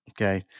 Okay